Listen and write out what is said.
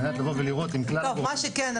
על מנת לבוא ולראות אם כלל --- אנחנו בטוח זה.